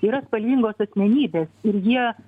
yra spalvingos asmenybės ir jie